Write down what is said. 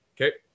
okay